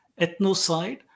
ethnocide